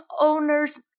owners